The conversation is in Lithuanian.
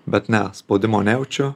bet ne spaudimo nejaučiu